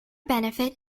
benefit